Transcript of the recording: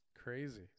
Crazy